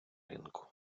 ринку